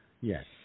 Yes